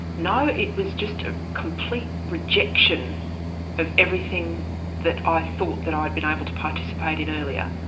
no. it was just a complete rejection of everything that i thought that i'd been able to participate in earlier-in